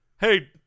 Hey